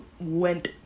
went